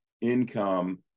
income